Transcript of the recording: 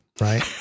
Right